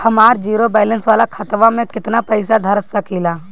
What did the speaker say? हमार zero balance वाला खतवा म केतना पईसा धरा सकेला?